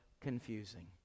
confusing